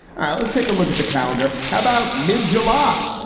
ah let's take a look at the calendar how about mid-july,